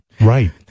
Right